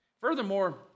Furthermore